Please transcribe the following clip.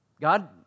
God